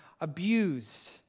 abused